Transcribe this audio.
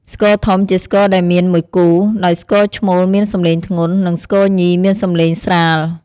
ស្គរធំជាស្គរដែលមានមួយគូ ដោយស្គរឈ្មោលមានសំឡេងធ្ងន់ និងស្គរញីមានសំឡេងស្រាល។